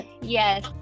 Yes